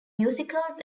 musicals